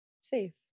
Safe